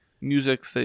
music